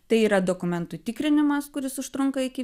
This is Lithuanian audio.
tai yra dokumentų tikrinimas kuris užtrunka iki